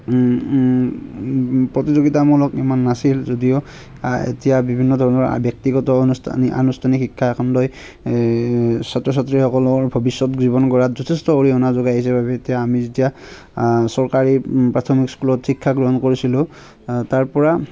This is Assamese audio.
প্ৰতিযোগিতামূলক ইমান নাছিল যদিও এতিয়া বিভিন্ন ধৰণৰ ব্যক্তিগত অনুষ্ঠান আনুষ্ঠানিক শিক্ষাখণ্ডই এই ছাত্ৰ ছাত্ৰীসকলৰ ভৱিষ্যত জীৱন গঢ়াত যথেষ্ট অৰিহণা যোগাই আহিছে বাবে এতিয়া আমি যেতিয়া চৰকাৰী প্ৰাথমিক স্কুলত শিক্ষা গ্ৰহণ কৰিছিলোঁ তাৰপৰা